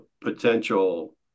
potential